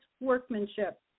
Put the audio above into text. workmanship